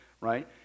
right